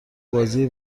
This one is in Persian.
بازی